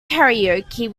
karaoke